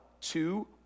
two